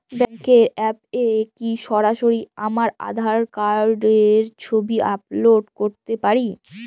ব্যাংকের অ্যাপ এ কি সরাসরি আমার আঁধার কার্ড র ছবি আপলোড করতে পারি?